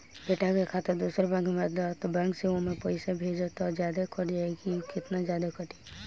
बेटा के खाता दोसर बैंक में बा त ए बैंक से ओमे पैसा भेजम त जादे कट जायी का त केतना जादे कटी?